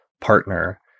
partner